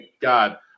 God